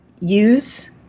use